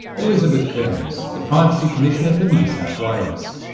elizabeth coombs, the privacy commissioner for new south wales.